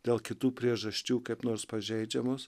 dėl kitų priežasčių kaip nors pažeidžiamos